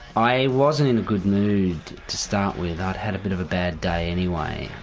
i wasn't in a good mood to start with, i'd had a bit of a bad day anyway,